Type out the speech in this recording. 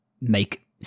make